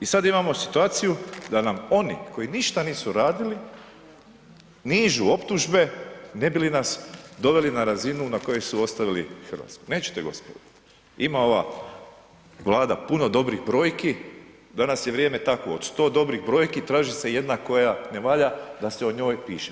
I sad imamo situaciju da nam oni koji ništa nisu radili nižu optužbe ne bi li nas doveli na razinu na kojoj su ostavili RH, nećete gospodo, ima ova Vlada puno dobrih brojki, danas je vrijeme takvo od 100 dobrih brojki traži se jedna koja ne valja da se o njoj piše.